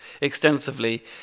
extensively